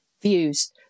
views